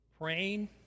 praying